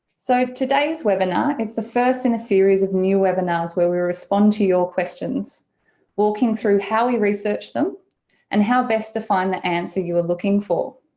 so today's webinar is the first in a series of new webinars where we respond to your questions walking through how we research them and how best to find the answer you were looking for.